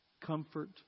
comfort